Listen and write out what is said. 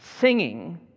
singing